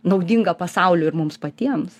naudinga pasauliui ir mums patiems